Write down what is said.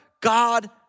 God